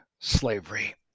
slavery